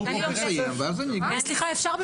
אפשר,